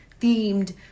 themed